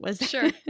Sure